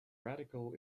radical